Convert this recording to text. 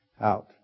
out